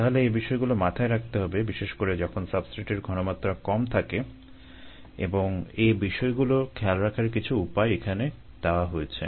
তাহলে এ বিষয়গুলো মাথায় রাখতে হবে বিশেষ করে যখন সাবস্ট্রেটের ঘনমাত্রা কম থাকে এবং এই বিষয়গুলো খেয়াল রাখার কিছু উপায় এখানে দেওয়া হয়েছে